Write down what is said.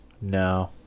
no